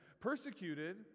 Persecuted